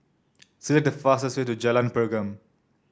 select the fastest way to Jalan Pergam